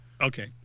Okay